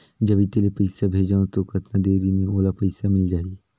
जब इत्ते ले पइसा भेजवं तो कतना देरी मे ओला पइसा मिल जाही?